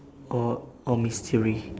or or mystery